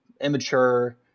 immature